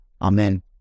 Amen